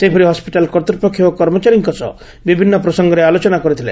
ସେହିପରି ହସ୍ୱିଟାଲ କର୍ତ୍ତୁପକ୍ଷ ଓ କର୍ମଚାରୀଙ୍କ ସହ ବିଭିନ୍ନ ପ୍ରସଙ୍ଗରେ ଆଲୋଚନା କରିଥିଲେ